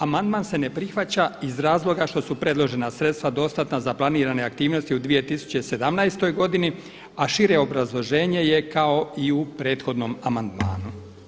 Amandman se ne prihvaća iz razloga što su predložena sredstva dostatna za planirane aktivnosti u 2017. godini a šire obrazloženje je kao i u prethodnom amandmanu.